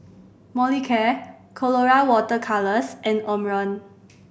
Molicare Colora Water Colours and Omron